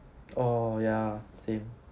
oh ya same